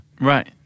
Right